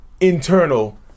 internal